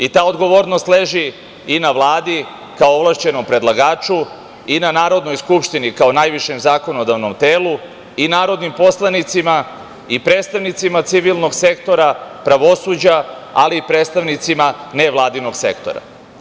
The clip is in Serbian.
I ta odgovornost leži i na Vladi, kao ovlašćenom predlagaču i na Narodnoj skupštini, kao najvišem zakonodavnom telu i narodnim poslanicima i predstavnicima, civilnog sektora pravosuđa, ali i predstavnicima nevladinog sektora.